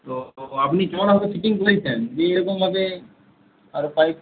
তো আপনি কেমনভাবে ফিটিং করেছেন যে এরকমভাবে আরও পাইপ